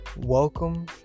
Welcome